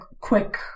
quick